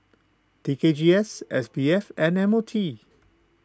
T K G S S B F and M O T